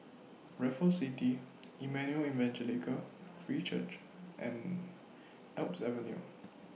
Raffles City Emmanuel Evangelical Free Church and Alps Avenue